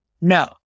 No